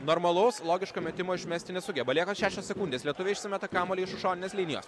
normalaus logiško metimo išmesti nesugeba lieka šešios sekundės lietuviai išmeta kamuolį iš už šoninės linijos